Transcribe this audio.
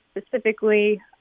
specifically